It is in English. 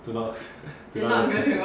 do not do not